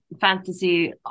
fantasy